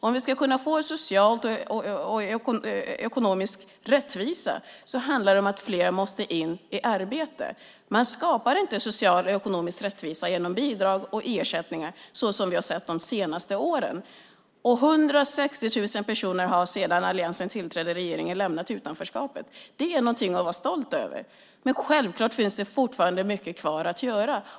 Om vi ska få social och ekonomisk rättvisa handlar det om att fler måste in i arbete. Man skapar inte social och ekonomisk rättvisa med hjälp av bidrag och ersättningar, som vi har sett de senaste åren. 160 000 personer har sedan alliansen tillträdde regeringen lämnat utanförskapet. Det är något att vara stolt över, men självklart finns fortfarande mycket kvar att göra.